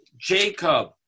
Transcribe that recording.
Jacob